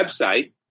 website